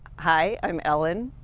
hi, i'm ellen.